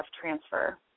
transfer